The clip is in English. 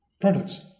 products